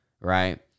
right